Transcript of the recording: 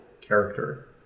character